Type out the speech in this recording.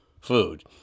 food